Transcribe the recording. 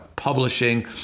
publishing